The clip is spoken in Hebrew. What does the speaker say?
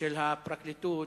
של הפרקליטות.